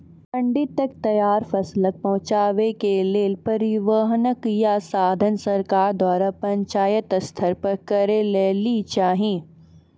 मंडी तक तैयार फसलक पहुँचावे के लेल परिवहनक या साधन सरकार द्वारा पंचायत स्तर पर करै लेली चाही?